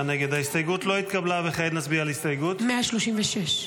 הסתייגות --- 136.